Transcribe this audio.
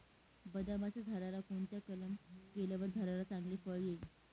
बदामाच्या झाडाला कोणता कलम केल्यावर झाडाला चांगले फळ येईल?